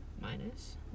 minus